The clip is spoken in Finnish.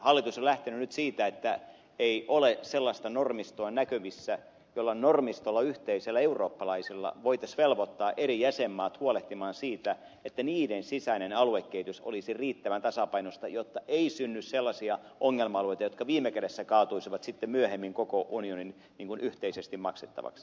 hallitus on lähtenyt nyt siitä että ei ole sellaista normistoa näkyvissä jolla yhteisellä eurooppalaisella normistolla voitaisiin velvoittaa eri jäsenmaat huolehtimaan siitä että niiden sisäinen aluekehitys olisi riittävän tasapainoista jotta ei synny sellaisia ongelma alueita jotka viime kädessä kaatuisivat sitten myöhemmin koko unionin yhteisesti maksettavaksi